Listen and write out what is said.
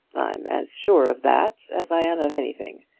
i'm as sure of that as i am of anything.